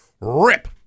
rip